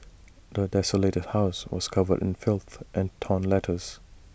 the desolated house was covered in filth and torn letters